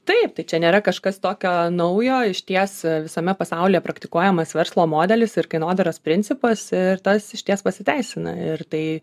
taip tai čia nėra kažkas tokio naujo išties visame pasaulyje praktikuojamas verslo modelis ir kainodaros principas ir tas išties pasiteisina ir tai